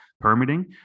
permitting